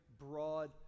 broad